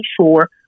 sure